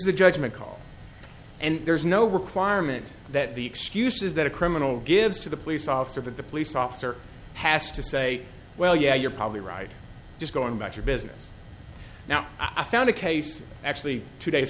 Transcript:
a judgement call and there's no requirement that the excuse is that a criminal gives to the police officer but the police officer has to say well yeah you're probably right just going about your business now i found a case actually two days